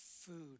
food